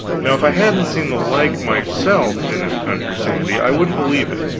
now, if i hadn't seen the like myself in this country, sandy, i wouldn't believe it.